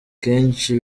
kenshi